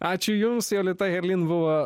ačiū jums jolita herlin buvo